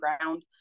ground